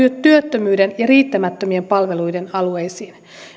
työttömyyden ja riittämättömien palveluiden alueisiin